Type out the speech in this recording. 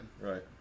Right